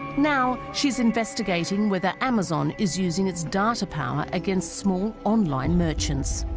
now she's investigating whether amazon is using its data power against small online merchants,